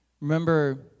Remember